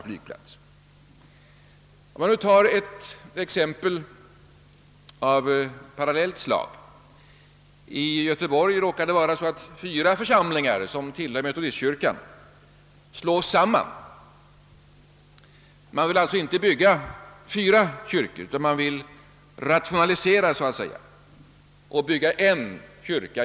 Låt mig ta ett exempel av parallellt slag. I Göteborg råkar det vara så att fyra församlingar som tillhör Metodistkyrkan slås samman. Man vill inte bygga fyra kyrkor utan man vill så att säga rationalisera och bygga en gemensam kyrka.